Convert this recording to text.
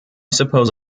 suppose